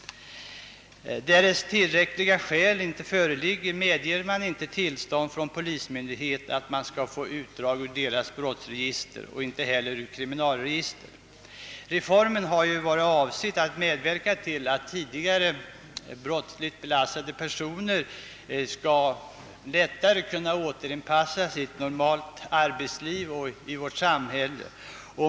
Därest tillräckliga skäl inte föreligger medger polismyndighet inte tillstånd att erhålla utdrag ur sina polisregister och inte heller ur kriminalregister. Reformen har ju varit avsedd att medverka till att tidigare brottsligt belastade personer lättare skall kunna återanpassas till ett normalt arbetsliv och till vårt samhälle.